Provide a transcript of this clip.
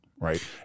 Right